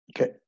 Okay